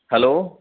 hello